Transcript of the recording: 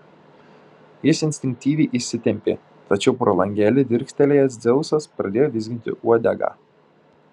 jis instinktyviai įsitempė tačiau pro langelį dirstelėjęs dzeusas pradėjo vizginti uodegą